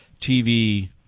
TV